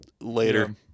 later